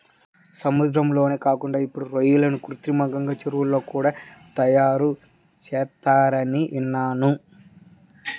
సముద్రాల్లోనే కాకుండా ఇప్పుడు రొయ్యలను కృత్రిమంగా చెరువుల్లో కూడా తయారుచేత్తన్నారని విన్నాను